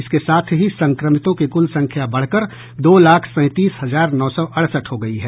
इसके साथ ही संक्रमितों की कुल संख्या बढ़कर दो लाख सैंतीस हजार नौ सौ अड़सठ हो गयी है